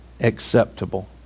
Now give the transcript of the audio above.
acceptable